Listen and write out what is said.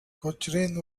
cochrane